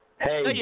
Hey